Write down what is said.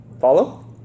follow